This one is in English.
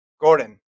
Gordon